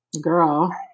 girl